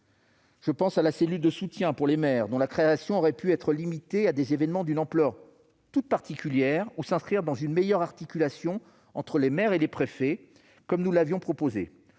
Je pense notamment à la cellule de soutien pour les maires, dont la création aurait pu être limitée à des événements d'une ampleur toute particulière ou s'inscrire dans une meilleure articulation entre les maires et les préfets, comme nous l'avions proposé.